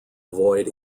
avoid